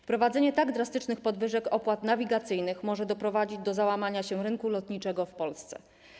Wprowadzenie tak drastycznych podwyżek opłat nawigacyjnych może doprowadzić do załamania się rynku lotniczego w Polsce.